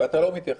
ואתה לא מתייחס.